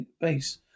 base